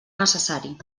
necessari